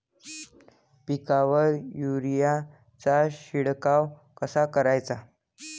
पिकावर युरीया चा शिडकाव कसा कराचा?